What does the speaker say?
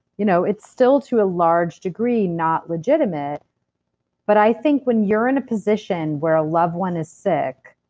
you know it's still, to a large degree, not legitimate but i think when you're in a position where a loved one is sick.